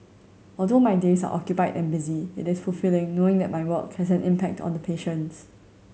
although my days are occupied and busy it is fulfilling knowing that my work has an impact on the patients